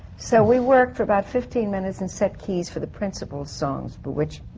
so we worked for about fifteen minutes and set keys for the principal songs, bewitched,